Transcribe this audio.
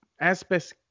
aspects